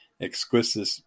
Exquisite